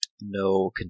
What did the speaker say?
no